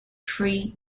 free